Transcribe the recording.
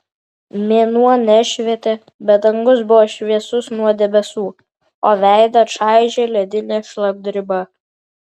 mėnuo nešvietė bet dangus buvo šviesus nuo debesų o veidą čaižė ledinė šlapdriba